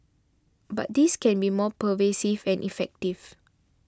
but this can be more pervasive and effective